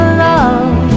love